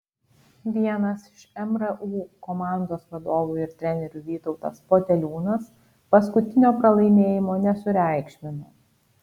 vienas iš mru komandos vadovų ir trenerių vytautas poteliūnas paskutinio pralaimėjimo nesureikšmino